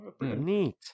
Neat